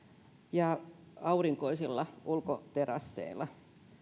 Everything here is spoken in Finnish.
ja aurinkoisilla ulkoterasseilla